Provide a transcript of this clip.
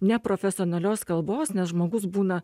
neprofesionalios kalbos nes žmogus būna